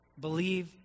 Believe